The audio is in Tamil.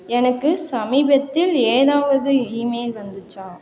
எனக்கு சமீபத்தில் ஏதாவது ஈமெயில் வந்துச்சா